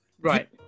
Right